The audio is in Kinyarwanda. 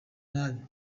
nabi